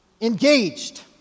engaged